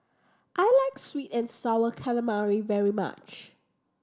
I like sweet and Sour Calamari very much